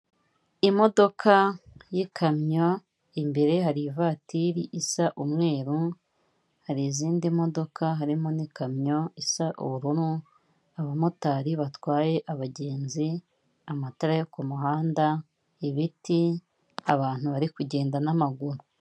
Imodoka y'ikamyo, imbere hari ivatiri isa umweru, hari izindi modoka harimo n'ikamyo isa ubururu, abamotari batwaye abagenzi, amatara yo kumuhanda, ibiti, abantu bari kugenda n'amaguru.